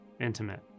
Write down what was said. Intimate